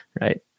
Right